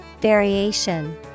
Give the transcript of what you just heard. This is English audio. variation